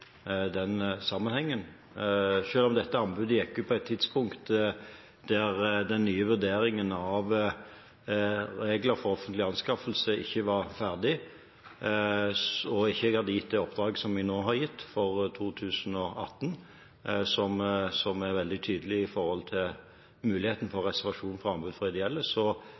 den sammenhengen. Selv om dette anbudet gikk ut på et tidspunkt da de nye vurderingene av regler for offentlige anskaffelser ikke var ferdig, og jeg ikke hadde gitt det oppdraget som jeg nå har gitt, for 2018, som er veldig tydelig på muligheten for reservasjon for anbud fra ideelle,